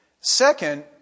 Second